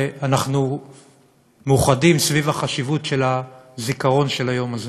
ואנחנו מאוחדים סביב החשיבות של הזיכרון של היום הזה.